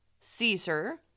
Caesar